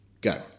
Go